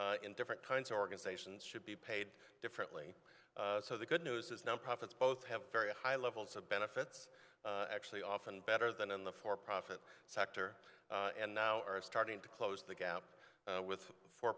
work in different kinds of organizations should be paid differently so the good news is now profits both have very high levels of benefits actually often better than in the for profit sector and now are starting to close the gap with for